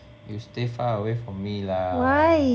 you stay far away from me lah